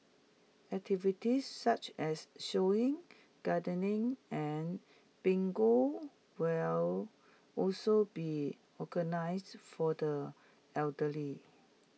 activities such as sewing gardening and bingo will also be organised for the elderly